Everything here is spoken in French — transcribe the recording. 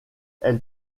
elle